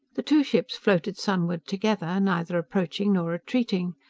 the two ships floated sunward together, neither approaching nor retreating.